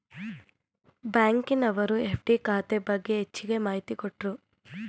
ಬ್ಯಾಂಕಿನವರು ಎಫ್.ಡಿ ಖಾತೆ ಬಗ್ಗೆ ಹೆಚ್ಚಗೆ ಮಾಹಿತಿ ಕೊಟ್ರು